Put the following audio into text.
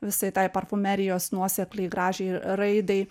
visai tai parfumerijos nuosekliai gražiai ir raidai